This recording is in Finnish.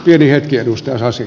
pieni hetki edustaja sasi